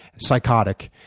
psychotic.